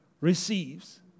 receives